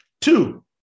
Two